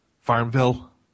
Farmville